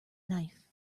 knife